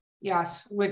Yes